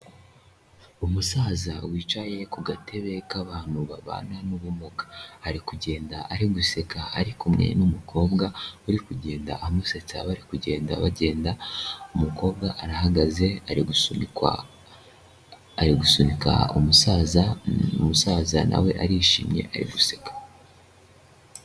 Umusaza wicaye ku gatebe k'abantu babana n'ubumuga. Ari kugenda ari guseka, ari kumwe n'umukobwa uri kugenda amusetsa, bari kugenda bagenda, umukobwa arahagaze ari gusunikwa ari gusunika umusaza, umusaza nawe arishimye ari guseka.